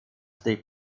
they